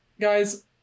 Guys